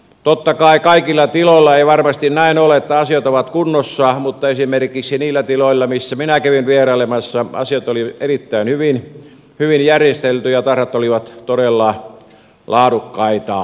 totta kai kaikilla tiloilla ei varmasti näin ole että asiat ovat kunnossa mutta esimerkiksi niillä tiloilla missä minä kävin vierailemassa asiat oli erittäin hyvin järjestelty ja tarhat olivat todella laadukkaita